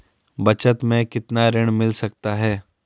बचत मैं कितना ऋण मिल सकता है?